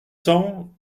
cent